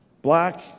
Black